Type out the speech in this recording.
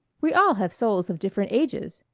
we all have souls of different ages,